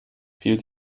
fiel